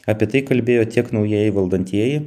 apie tai kalbėjo tiek naujieji valdantieji